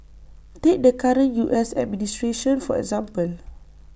take the current U S administration for example